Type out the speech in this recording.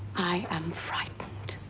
i am frightened